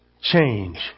change